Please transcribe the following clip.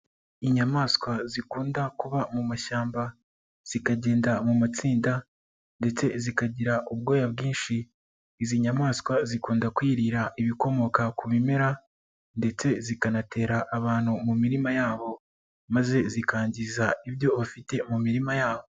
Inyamaswa zikunda kuba mu mashyamba zikagenda mu matsinda ndetse zikagira ubwoya bwinshi, izi nyamaswa zikunda kwirira ibikomoka ku bimera ndetse zikanatera abantu mu mirima yabo maze zikangiza ibyo bafite mu mirima yabo.